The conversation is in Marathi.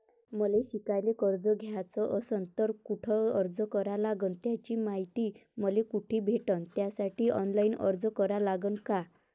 मले शिकायले कर्ज घ्याच असन तर कुठ अर्ज करा लागन त्याची मायती मले कुठी भेटन त्यासाठी ऑनलाईन अर्ज करा लागन का?